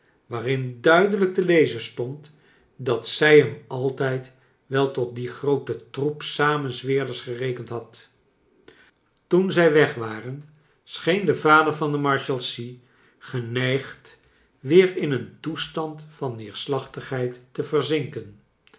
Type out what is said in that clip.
waarin duidelijk te lezen stond dat zij hem altijd wel tot dien grooten troep samenzweerders gerekend had toen zij weg war en scheen de vader van de marshalsea geneigd weer in een toestand van neerslaehtiglieid te verzinken